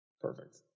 Perfect